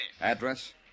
Address